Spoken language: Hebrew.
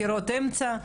בחירות אמצע.